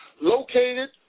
Located